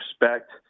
respect